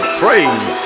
praise